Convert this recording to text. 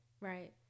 right